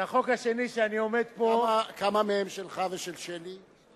זה החוק השני שאני עומד פה, כמה מהם שלך ושל שלי?